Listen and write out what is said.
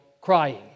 crying